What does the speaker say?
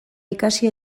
ikasi